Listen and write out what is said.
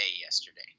yesterday